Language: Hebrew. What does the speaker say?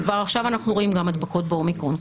כבר עכשיו אנחנו רואים גם הדבקות באומיקרון.